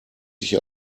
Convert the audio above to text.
sich